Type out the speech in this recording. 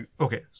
Okay